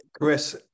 Chris